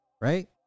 Right